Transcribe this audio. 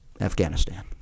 Afghanistan